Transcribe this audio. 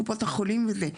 קופות החולים וזה,